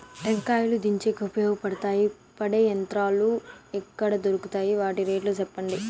టెంకాయలు దించేకి ఉపయోగపడతాయి పడే యంత్రాలు ఎక్కడ దొరుకుతాయి? వాటి రేట్లు చెప్పండి?